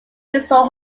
windsor